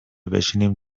بشینیم